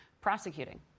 prosecuting